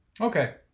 Okay